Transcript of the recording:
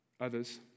others